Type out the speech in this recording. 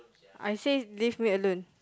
I said leave it alone